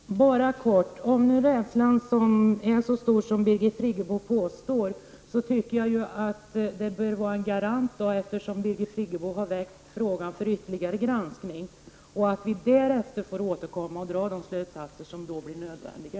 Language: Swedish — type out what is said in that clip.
Herr talman! Jag skall fatta mig kort. Om nu rädslan är så stor som Birgit Friggebo påstår, tycker jag att det bör vara en garant att Birgit Friggebo har väckt frågan om ytterligare granskning. Därefter får vi återkomma och dra de slutsatser som då blir nödvändiga.